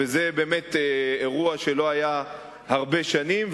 וזה אירוע שלא היה הרבה שנים,